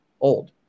old